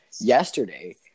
yesterday